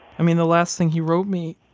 i mean, the last thing he wrote me